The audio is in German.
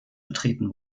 betreten